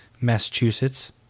Massachusetts